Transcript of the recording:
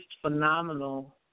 phenomenal